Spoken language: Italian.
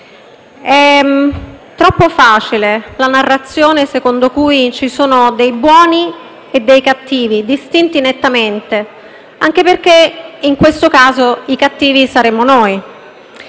Troppo facile è la narrazione secondo cui ci sono dei buoni e dei cattivi distinti nettamente, anche perché, in questo caso, i cattivi saremmo noi.